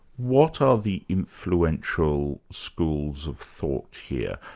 what are the influential schools of thought here?